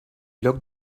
lloc